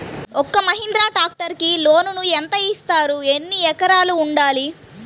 ఒక్క మహీంద్రా ట్రాక్టర్కి లోనును యెంత ఇస్తారు? ఎన్ని ఎకరాలు ఉండాలి?